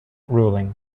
ruling